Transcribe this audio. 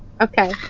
Okay